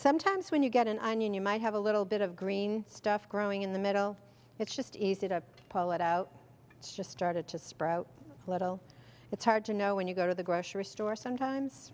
sometimes when you get an onion you might have a little bit of green stuff growing in the middle it's just easy to pull it out it's just started to sprout a little it's hard to know when you go to the grocery store sometimes